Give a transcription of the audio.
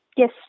Yes